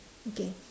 okay